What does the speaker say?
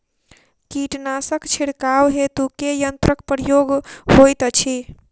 कीटनासक छिड़काव हेतु केँ यंत्रक प्रयोग होइत अछि?